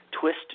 Twist